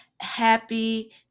happy